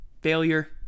Failure